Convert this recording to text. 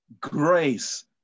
Grace